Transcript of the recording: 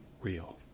real